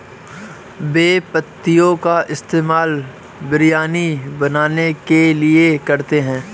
बे पत्तियों का इस्तेमाल बिरयानी बनाने के लिए करते हैं